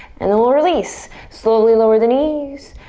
and then we'll release. slowly lower the knees.